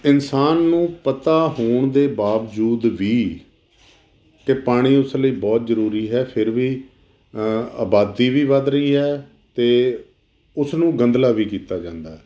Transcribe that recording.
ਇਨਸਾਨ ਨੂੰ ਪਤਾ ਹੋਣ ਦੇ ਬਾਵਜੂਦ ਵੀ ਕਿ ਪਾਣੀ ਉਸ ਲਈ ਬਹੁਤ ਜ਼ਰੂਰੀ ਹੈ ਫਿਰ ਵੀ ਅ ਆਬਾਦੀ ਵੀ ਵੱਧ ਰਹੀ ਹੈ ਅਤੇ ਉਸ ਨੂੰ ਗੰਧਲਾ ਵੀ ਕੀਤਾ ਜਾਂਦਾ ਹੈ